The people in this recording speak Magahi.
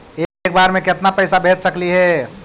एक बार मे केतना पैसा भेज सकली हे?